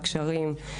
קשרים,